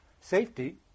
safety